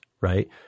right